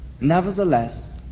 nevertheless